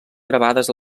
gravades